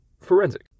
forensic